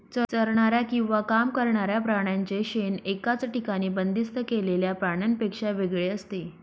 चरणाऱ्या किंवा काम करणाऱ्या प्राण्यांचे शेण एकाच ठिकाणी बंदिस्त केलेल्या प्राण्यांपेक्षा वेगळे असते